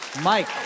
Mike